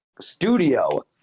studio